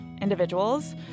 individuals